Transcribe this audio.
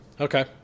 okay